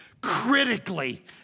critically